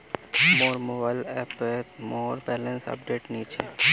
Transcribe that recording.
मोर मोबाइल ऐपोत मोर बैलेंस अपडेट नि छे